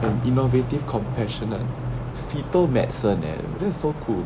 an innovative compassionate fetal medicine eh this is so cool